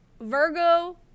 Virgo